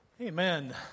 Amen